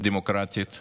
דמוקרטית וליברלית.